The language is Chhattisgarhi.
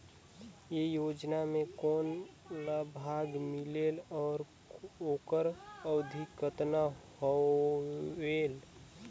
ये योजना मे कोन ला लाभ मिलेल और ओकर अवधी कतना होएल